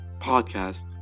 Podcast